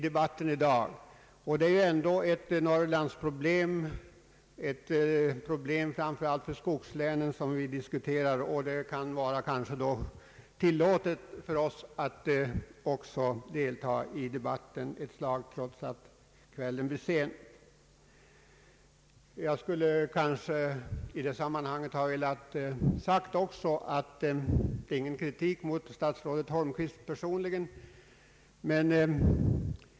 Det är ändå ett Norrlandsproblem, framför allt ett problem för skogslänen, som vi diskuterar, och det kanske därför kan vara tillåtet även för oss att delta i debatten trots att den drar ut på tiden.